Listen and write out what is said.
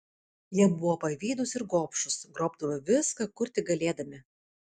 jie buvo pavydūs ir gobšūs grobdavo viską kur tik galėdami